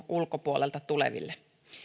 ulkopuolelta tuleville